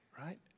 Right